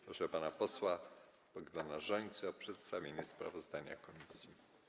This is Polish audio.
Proszę pana posła Bogdana Rzońcę o przedstawienie sprawozdania komisji.